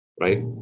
right